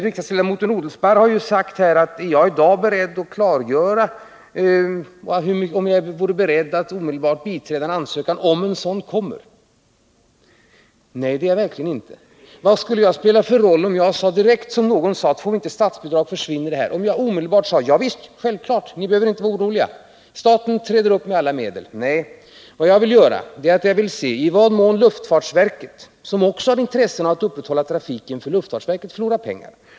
Riksdagsledamoten Odelsparr har frågat om jag i dag är beredd att omedelbart biträda en ansökan, om en sådan kommer. Nej, det är jag verkligen inte! Om någon sade att får vi inte statsbidrag så försvinner detta och jag omedelbart svarade att det är självklart och att man inte behöver vara orolig, staten skall träda in med alla medel — vad skulle jag då spela för roll? Luftfartsverket har också intresse av att trafiken upprätthålls, eftersom man annars förlorar pengar.